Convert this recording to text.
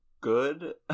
good